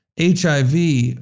HIV